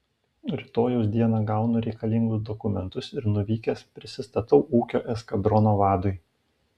rytojaus dieną gaunu reikalingus dokumentus ir nuvykęs prisistatau ūkio eskadrono vadui